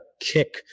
kick